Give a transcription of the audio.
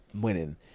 Winning